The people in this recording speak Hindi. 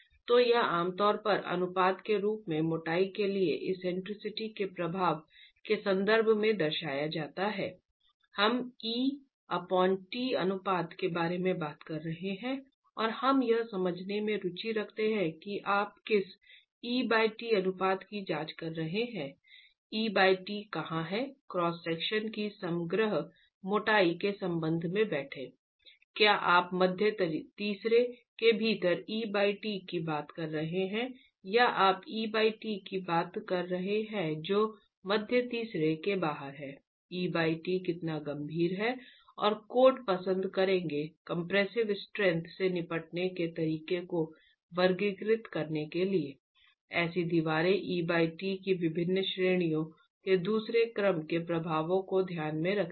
तो यह आम तौर पर अनुपात के रूप में मोटाई के लिए एक्सेंट्रिसिटी के प्रभाव के संदर्भ में दर्शाया जाता है हम ईटी अनुपात के बारे में बात करते हैं और हम यह समझने में रुचि रखते हैं कि आप किस ईटी अनुपात की जांच कर रहे हैं ईटी कहां है क्रॉस सेक्शन की समग्र मोटाई के संबंध में बैठें क्या आप मध्य तीसरे के भीतर ईटी की बात कर रहे हैं या आप ईटी की बात कर रहे हैं जो मध्य तीसरे के बाहर है ईटी कितना गंभीर है और कोड पसंद करेंगे कंप्रेसिव स्ट्रैंथ से निपटने के तरीके को वर्गीकृत करने के लिए ऐसी दीवारें ईटी की विभिन्न श्रेणियों में दूसरे क्रम के प्रभावों को ध्यान में रखती हैं